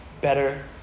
better